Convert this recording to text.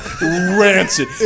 rancid